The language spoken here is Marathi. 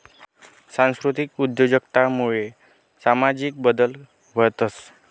सांस्कृतिक उद्योजकता मुये सामाजिक बदल व्हतंस